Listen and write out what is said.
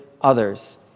others